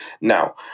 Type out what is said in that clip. Now